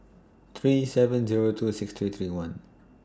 three seven Zero two six three three one